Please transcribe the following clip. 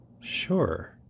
Sure